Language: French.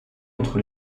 entre